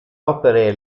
opere